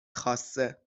خاصه